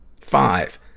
Five